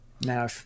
Now